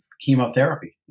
chemotherapy